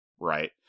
Right